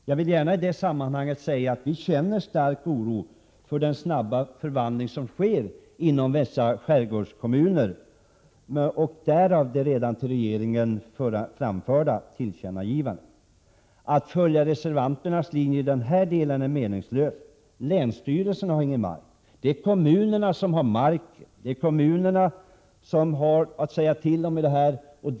Jag vill i detta sammanhang gärna framhålla att vi känner stark oro för den snabba förvandling som sker inom dessa skärgårdskommuner — därav det till regeringen redan gjorda tillkännagivandet. Att i denna del följa reservanternas linje är meningslöst. Länsstyrelserna har ingen mark, utan det är kommunerna som äger marken och som har någonting att säga till omi detta sammanhang.